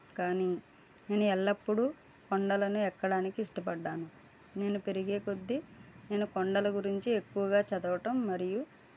కానీ నేను ఎల్లప్పుడు కొండలను ఎక్కడానికి ఇష్టపడ్డాను నేను పెరిగే కొద్దీ నేను కొండల గురించి ఎక్కువగా చదవటం మరియు